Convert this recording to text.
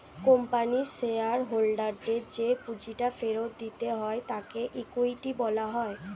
কোম্পানির শেয়ার হোল্ডারদের যে পুঁজিটা ফেরত দিতে হয় তাকে ইকুইটি বলা হয়